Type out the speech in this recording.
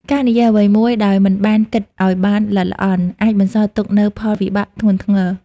ការនិយាយអ្វីមួយដោយមិនបានគិតឱ្យបានល្អិតល្អន់ អាចបន្សល់ទុកនូវផលវិបាកធ្ងន់ធ្ងរ។